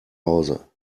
hause